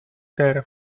their